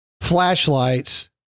flashlights